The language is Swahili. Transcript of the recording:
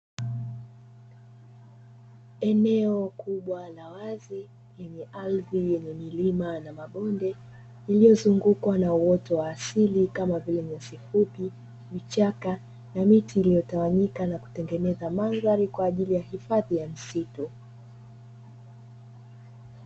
Eneo kubwa la wazi lenye ardhi yenye milima na mabonde lililozungukwa na uoto wa asili kama vile nyasi fupi, vichaka pamoja na miti iliyotawanyika na kutengeneza mandhari kwa ajili ya hifadhi ya msitu.